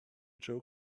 joe